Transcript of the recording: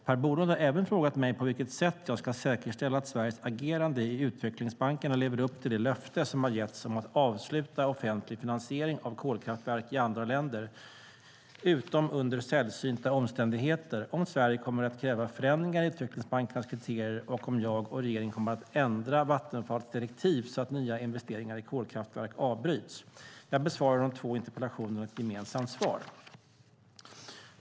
Per Bolund har även frågat mig på vilket sätt jag ska säkerställa att Sveriges agerande i utvecklingsbankerna lever upp till det löfte som har getts om att avsluta offentlig finansiering av kolkraftverk i andra länder, utom under sällsynta omständigheter, om Sverige kommer att kräva förändringar i utvecklingsbankernas kriterier och om jag och regeringen kommer att ändra Vattenfalls direktiv så att nya investeringar i kolkraftverk avbryts. Jag besvarar de två interpellationerna i ett gemensamt svar.